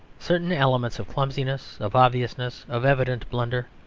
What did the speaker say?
certain elements of clumsiness, of obviousness, of evident blunder,